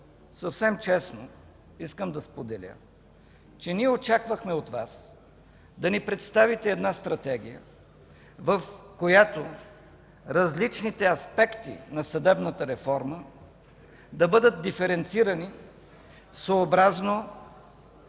съвсем честно искам да споделя, че ние очаквахме от Вас да ни представите една Стратегия, в която различните аспекти на съдебната реформа да бъдат диференцирани съобразно